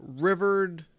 rivered